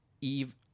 Eve